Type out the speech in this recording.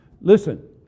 Listen